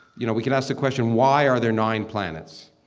you know, we could ask the question why are there nine planets?